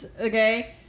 okay